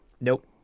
Nope